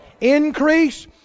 Increase